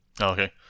okay